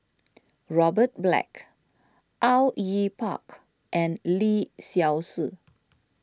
Robert Black Au Yue Pak and Lee Seow Ser